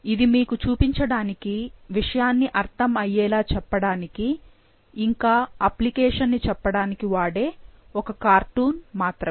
ఇది మీకు చూపించడానికి విషయాన్ని అర్థం అయ్యేలా చెప్పడానికి ఇంకా అప్లికేషన్ ని చెప్పడానికి వాడే ఒక కార్టూన్ మాత్రమే